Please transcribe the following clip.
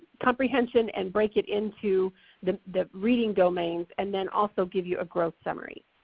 comprehension and break it into the the reading domains and then also give you a gross summary.